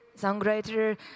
songwriter